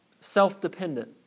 self-dependent